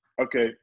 Okay